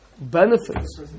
benefits